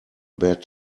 bad